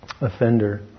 offender